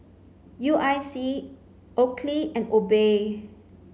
U I C Oakley and Obey